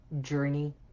journey